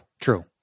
true